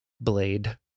Blade